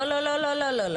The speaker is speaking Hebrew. לא, לא.